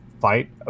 fight